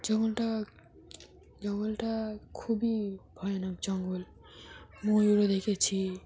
জঙ্গলটা জঙ্গলটা খুবই ভয়ানক জঙ্গল ময়ুরও দেখেছি